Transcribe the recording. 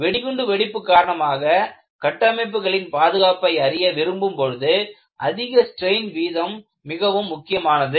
வெடிகுண்டு வெடிப்பு காரணமாக கட்டமைப்புகளின் பாதுகாப்பை அறிய விரும்பும் போது அதிக ஸ்ட்ரெயின் வீதம் மிகவும் முக்கியமானது